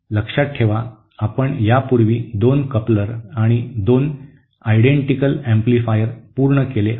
लक्षात ठेवा आपण यापूर्वी दोन कपलर आणि दोन समान प्रवर्धक पूर्ण केले आहेत